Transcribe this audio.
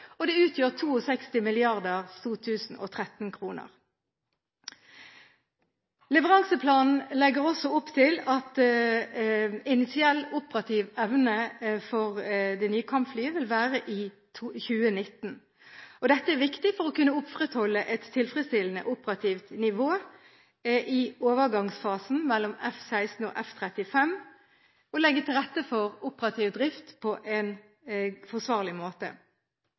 og det utgjør 62 mrd. 2013-kroner. Leveranseplanen legger også opp til at initiell operativ evne for de nye kampflyene vil være i 2019. Dette er viktig for å kunne opprettholde et tilfredsstillende operativt nivå i overgangsfasen mellom F-16 og F-35 og legge til rette for operativ drift på en forsvarlig måte.